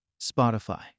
Spotify